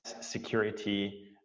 security